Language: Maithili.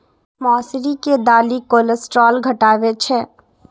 मौसरी के दालि कोलेस्ट्रॉल घटाबै छै